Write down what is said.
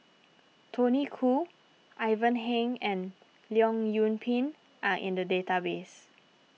Tony Khoo Ivan Heng and Leong Yoon Pin are in the database